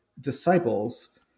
disciples